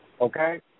Okay